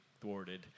thwarted